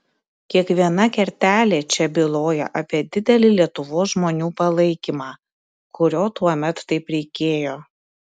kiekviena kertelė čia byloja apie didelį lietuvos žmonių palaikymą kurio tuomet taip reikėjo